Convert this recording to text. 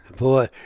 Boy